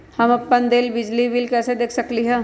हम अपन देल बिल कैसे देख सकली ह?